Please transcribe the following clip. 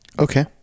Okay